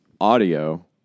audio